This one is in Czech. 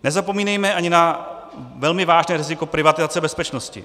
Nezapomínejme ani na velmi vážné riziko privatizace bezpečnosti.